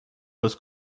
was